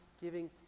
giving